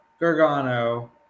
Gargano